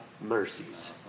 mercies